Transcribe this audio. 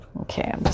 Okay